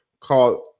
called